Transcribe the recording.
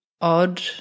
odd